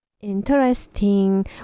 Interesting